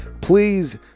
please